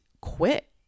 quit